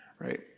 right